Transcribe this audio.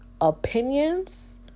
Opinions